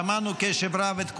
שמענו בקשב רב את כולם,